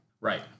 Right